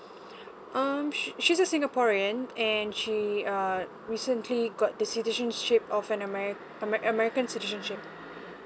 um she's a singaporean and she uh recently got thecitizenship of an ame~ american citizenship